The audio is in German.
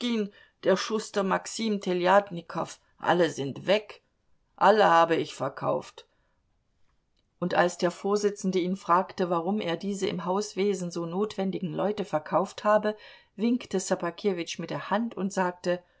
der schuster maxim teljatnikow alle sind weg alle habe ich verkauft und als der vorsitzende ihn fragte warum er diese im hauswesen so notwendigen leute verkauft habe winkte ssobakewitsch mit der hand und sagte